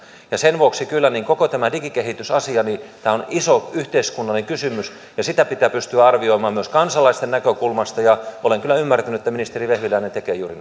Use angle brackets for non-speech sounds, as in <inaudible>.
sen vuoksi koko tämä digikehitysasia on iso yhteiskunnallinen kysymys ja sitä pitää pystyä arvioimaan myös kansalaisten näkökulmasta ja olen kyllä ymmärtänyt että ministeri vehviläinen tekee juuri <unintelligible>